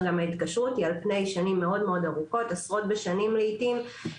גם ההתקשרות היא על פני שנים מאוד-מאוד ארוכות - עשרות שנים לעיתים.